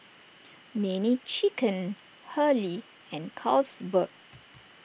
Nene Chicken Hurley and Carlsberg